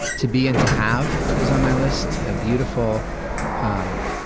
to be and to have is on my list a beautiful um